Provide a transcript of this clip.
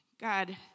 God